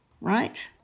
right